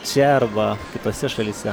čia arba kitose šalyse